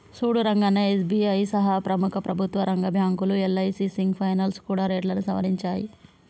సూడు రంగన్నా ఎస్.బి.ఐ సహా ప్రముఖ ప్రభుత్వ రంగ బ్యాంకులు యల్.ఐ.సి సింగ్ ఫైనాల్స్ కూడా రేట్లను సవరించాయి